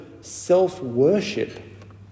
self-worship